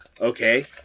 Okay